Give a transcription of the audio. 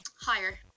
higher